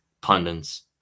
pundits